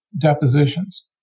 depositions